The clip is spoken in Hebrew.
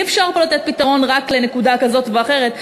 כי אי-אפשר פה לתת פתרון רק לנקודה כזאת ואחרת,